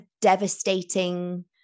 devastating